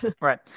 right